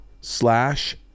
slash